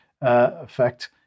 effect